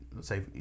say